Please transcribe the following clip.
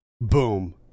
boom